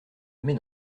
mais